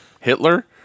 Hitler